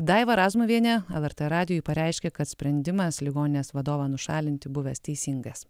daiva razmuvienė lrt radijui pareiškė kad sprendimas ligoninės vadovą nušalinti buvęs teisingas